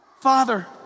Father